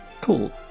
Cool